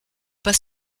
pas